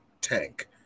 tank